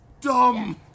dumb